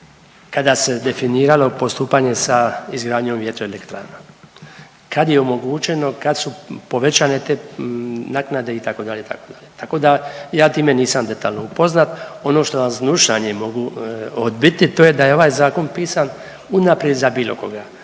kada se definiralo postupanje sa izgradnjom vjetroelektrana. Kad je omogućeno, kad su povećane te naknade itd., itd. Tako da ja time nisam detaljno upoznat. Ono što vam s gnušanjem mogu odbiti to je da je ovaj zakon pisan unaprijed za bilo koga.